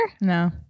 No